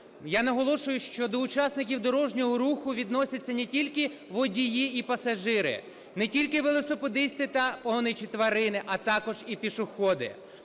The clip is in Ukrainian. Я наголошую, що до учасників дорожнього руху відносяться не тільки водії і пасажири, не тільки велосипедисти та погоничі тварин, а також і пішоходи.